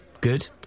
Good